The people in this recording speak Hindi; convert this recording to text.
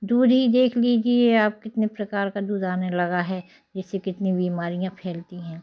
दूध ही देख लीजिए आप कितने प्रकार का दूध में लगा है जिससे कितनी बीमारियाँ फैलती हैं